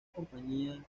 compañía